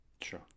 Sure